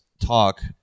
talk